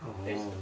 orh